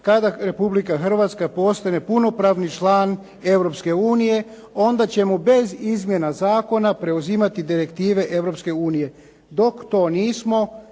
kada Republika Hrvatska postane punopravni član Europske unije, onda ćemo bez izmjena zakona preuzimati direktive Europske unije.